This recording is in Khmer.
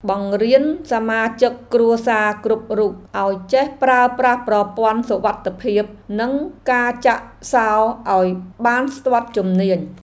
បង្រៀនសមាជិកគ្រួសារគ្រប់រូបឱ្យចេះប្រើប្រាស់ប្រព័ន្ធសុវត្ថិភាពនិងការចាក់សោរឱ្យបានស្ទាត់ជំនាញ។